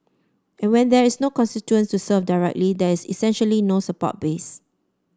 and when there is no constituents to serve directly there is essentially no support base